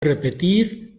repetir